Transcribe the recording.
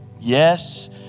Yes